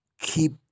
keep